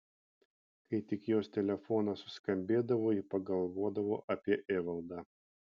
kai tik jos telefonas suskambėdavo ji pagalvodavo apie evaldą